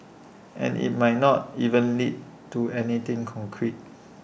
and IT might not even lead to anything concrete